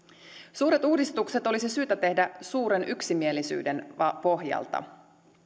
suuret uudistukset olisi syytä tehdä suuren yksimielisyyden pohjalta